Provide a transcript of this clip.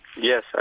Yes